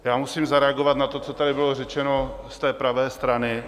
Já musím zareagovat na to, co tady bylo řečeno z té pravé strany.